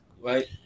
right